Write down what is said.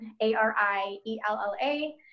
A-R-I-E-L-L-A